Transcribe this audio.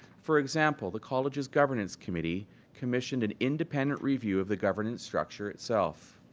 for example, the college's governance committee commissioned an independent review of the governance structure itself.